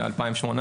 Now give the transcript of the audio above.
ב-2018,